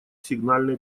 сигнальной